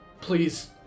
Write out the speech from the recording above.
Please